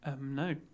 No